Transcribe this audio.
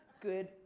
good